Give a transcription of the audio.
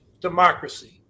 democracy